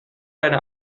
deine